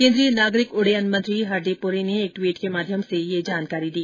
केन्द्रीय नागरिक उड़डयन मंत्री हरदीप पूरी ने एक ट्वीट के माध्यम से ये जानकारी दी